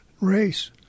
race